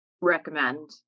recommend